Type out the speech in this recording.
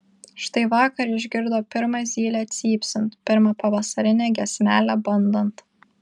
štai vakar išgirdo pirmą zylę cypsint pirmą pavasarinę giesmelę bandant